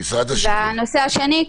והנושא השני,